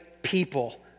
People